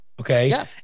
Okay